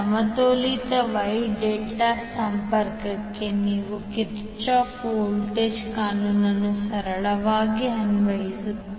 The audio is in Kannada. ಸಮತೋಲಿತ Y ಡೆಲ್ಟಾ ಸಂಪರ್ಕಕ್ಕೆ ನಾವು ಕಿರ್ಚಾಫ್ಸ್ ವೋಲ್ಟೇಜ್ ಕಾನೂನನ್ನು ಸರಳವಾಗಿ ಅನ್ವಯಿಸುತ್ತೇವೆ